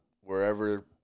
wherever